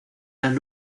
las